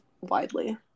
widely